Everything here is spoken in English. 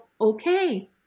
okay